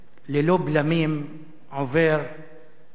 ללא בלמים עובר טסט.